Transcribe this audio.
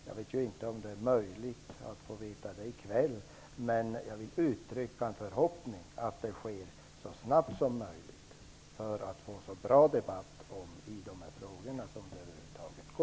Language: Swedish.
Jag vet inte om det är möjligt att få ett sådant besked i kväll, men jag vill uttrycka en förhoppning att det sker så snabbt som möjligt så att vi kan få en så bra debatt i dessa frågor som det över huvud taget är möjligt.